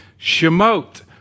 Shemot